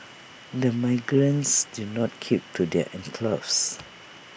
the migrants did not keep to their enclaves